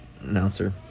announcer